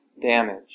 damage